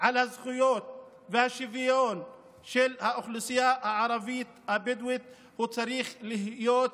על הזכויות והשוויון של האוכלוסייה הערבית הבדואית צריך להיות